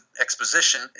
exposition